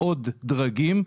עוד דרגים,